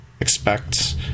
Expect